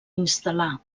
instal·là